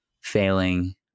failing